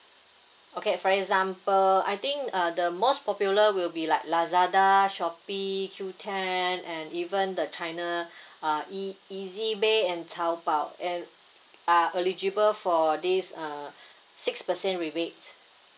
okay for example I think uh the most popular will be like Lazada Shopee Q10 and even the china uh ea~ easybay and taobao and are eligible for this uh six percent rebate